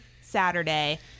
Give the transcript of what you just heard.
Saturday